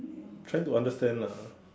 trying to understand lah